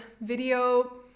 video